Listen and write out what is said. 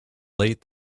late